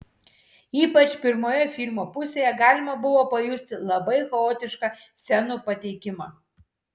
ypač pirmoje filmo pusėje galima buvo pajusti labai chaotišką scenų pateikimą